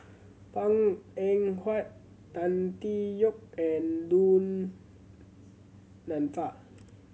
Png Eng Huat Tan Tee Yoke and Du Nanfa